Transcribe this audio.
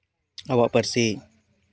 ᱟᱵᱚᱣᱟᱜ ᱯᱟᱹᱨᱥᱤ